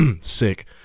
sick